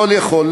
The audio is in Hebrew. לא לאכול,